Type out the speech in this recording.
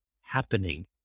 happening